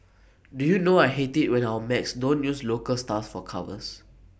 do you know I hate IT when our mags don't use local stars for covers